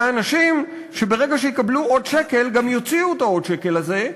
אלה אנשים שברגע שיקבלו עוד שקל גם יוציאו את העוד שקל הזה,